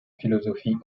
philosophie